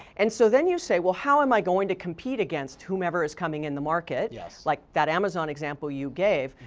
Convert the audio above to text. and so then you say, well how am i going to compete against whomever is coming in the market? yes. like amazon example you gave.